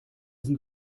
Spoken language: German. sind